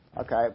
okay